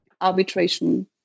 arbitration